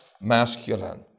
masculine